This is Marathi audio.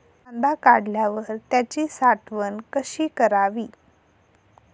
कांदा काढल्यावर त्याची साठवण कशी करावी?